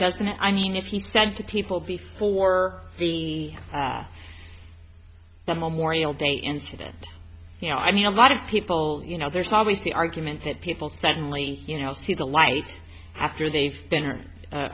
doesn't i mean if he said to people before the memorial day incident you know i mean a lot of people you know there's always the argument that people suddenly you know see the light after they've been or